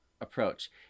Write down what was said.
approach